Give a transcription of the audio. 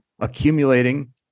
accumulating